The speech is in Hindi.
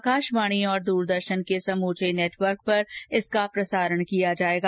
आकाशवाणी और दूरदर्शन के समूचे नेटवर्क पर इसका प्रसारण किया जाएगा